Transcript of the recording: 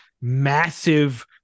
massive